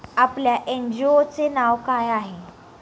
आपल्या एन.जी.ओ चे नाव काय आहे?